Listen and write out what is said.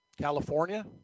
California